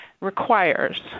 requires